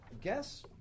guess